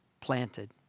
planted